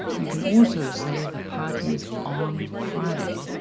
you can also say the party's on friday,